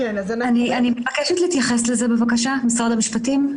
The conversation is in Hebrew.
אני מבקשת להתייחס לזה ממשרד המשפטים.